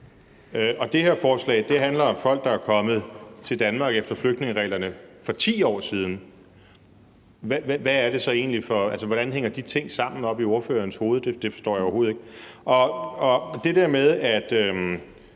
og det her forslag handler jo om folk, der er kommet til Danmark efter flygtningereglerne for 10 år siden. Hvordan hænger de ting sammen oppe i ordførerens hoved? Det forstår jeg overhovedet ikke. Det der med, at